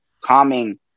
calming